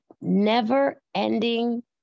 never-ending